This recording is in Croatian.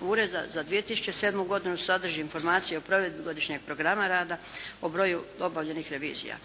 ureda za 2007. godinu sadrži informacije o provedbi godišnjeg programa rada, o broju obavljenih revizija.